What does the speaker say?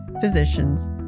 physicians